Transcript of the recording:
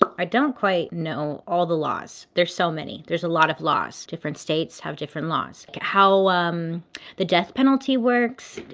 but i don't quite know all the laws, there's so many, there's a lot of laws, different states have different laws. how the death penalty works,